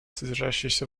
содержащиеся